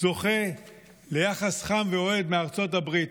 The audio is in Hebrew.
זוכה ליחס חם ואוהד מארצות הברית,